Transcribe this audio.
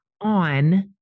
on